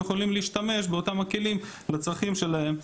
יכולים להשתמש באותם הכלים לצרכים שלהם.